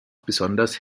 besonders